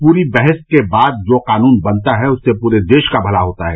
पूरी बहस के बाद जो कानून बनता है उससे पूरे देश का भला होता है